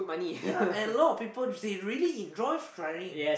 ya and a lot of people they really enjoy driving